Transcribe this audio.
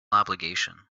obligation